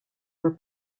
were